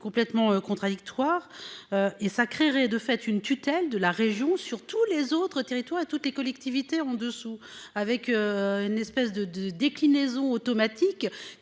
complètement contradictoire. Et ça créerait de fait une tutelle de la région sur tous les autres territoires à toutes les collectivités en dessous avec. Une espèce de de déclinaisons automatique